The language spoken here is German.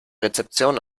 rezeption